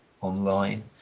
online